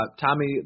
Tommy